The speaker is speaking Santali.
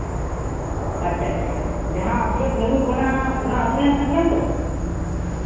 ᱟᱪᱪᱷᱟ ᱟᱪᱪᱷᱟ ᱡᱟᱦᱟᱸ ᱟᱹᱛᱩᱨᱮ ᱠᱩᱢᱵᱽᱲᱩᱣ ᱠᱟᱱᱟ ᱚᱱᱟ ᱟᱹᱛᱩᱨᱮᱱ ᱠᱟᱱ ᱜᱮᱭᱟᱢ ᱛᱚ